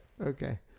Okay